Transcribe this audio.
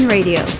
Radio